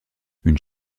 une